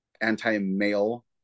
anti-male